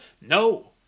No